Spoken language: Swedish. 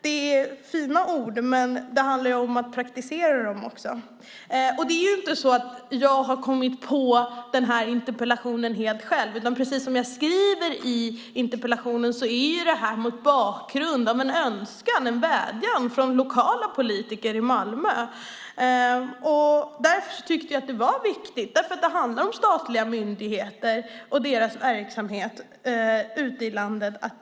Det är fina ord, men det handlar om att praktisera detta också. Jag har inte kommit på denna interpellation helt själv. Precis som jag skriver i interpellationen har den tillkommit mot bakgrund av en önskan och en vädjan från lokala politiker i Malmö. Jag tyckte att det var viktigt att ta upp frågan i kammaren därför att det handlar om statliga myndigheter och deras verksamhet ute i landet.